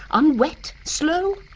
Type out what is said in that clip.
unwet, slow!